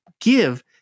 give